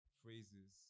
phrases